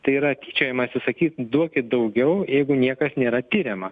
tai yra tyčiojamasi sakyti duokit daugiau jeigu niekas nėra tiriama